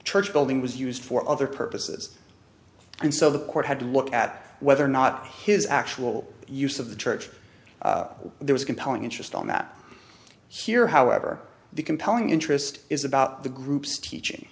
church building was used for other purposes and so the court had to look at whether or not his actual use of the church there was compelling interest on that here however the compelling interest is about the group's teaching